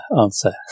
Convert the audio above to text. answer